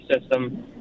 system